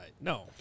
no